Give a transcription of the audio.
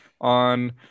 on